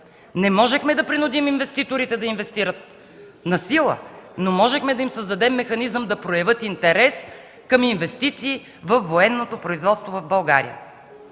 Не можехме да принудим инвеститорите да инвестират насила, но можехме да им създадем механизъм да проявят интерес към инвестиции във военното производство в България.